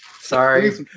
Sorry